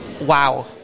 wow